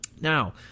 Now